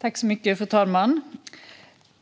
Fru talman!